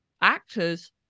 Actors